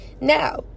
Now